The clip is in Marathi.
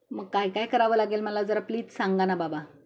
मग काय काय करावं लागेल मला जरा प्लीज सांगा ना बाबा